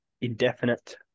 indefinite